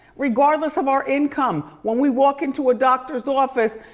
regardless of our income, when we walk into a doctor's office,